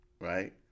right